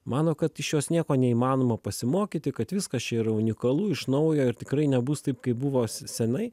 mano kad iš jos nieko neįmanoma pasimokyti kad viskas čia yra unikalu iš naujo ir tikrai nebus taip kaip buvo ss senai